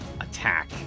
attack